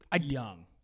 young